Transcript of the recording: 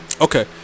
Okay